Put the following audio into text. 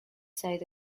side